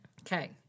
Okay